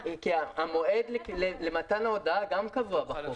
המועד למתן ההודעה גם קבוע בחוק.